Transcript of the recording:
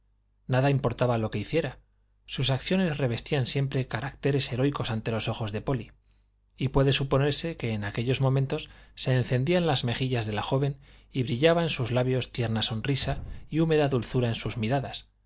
nada importaba lo que hiciera sus acciones revestían siempre caracteres heroicos ante los ojos de polly y puede suponerse que en aquellos momentos se encendían las mejillas de la joven y brillaba en sus labios tierna sonrisa y húmeda dulzura en sus miradas